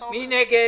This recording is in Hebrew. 15 יום כתבתם.